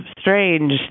strange